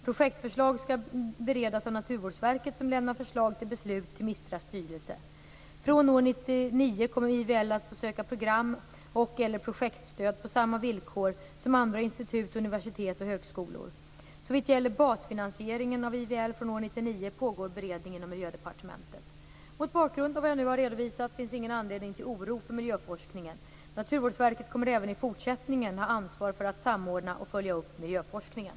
Projektförslag skall beredas av Naturvårdsverket, som lämnar förslag till beslut till MISTRA:s styrelse. Från år 1999 kommer IVL att få söka program och/eller projektstöd på samma villkor som andra institut, universitet och högskolor. Såvitt gäller basfinansieringen av IVL från år 1999 pågår beredning inom Miljödepartementet. Mot bakgrund av vad jag nu har redovisat finns ingen anledning till oro för miljöforskningen. Naturvårdsverket kommer även i fortsättningen att ha ansvar för att samordna och följa upp miljöforskningen.